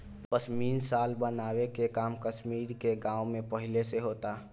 पश्मीना शाल बनावे के काम कश्मीर के गाँव में पहिले से होता